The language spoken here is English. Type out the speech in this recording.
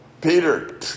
Peter